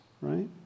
right